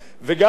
שלא ייכנסו,